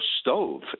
stove